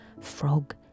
frog